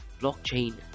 blockchain